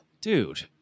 Dude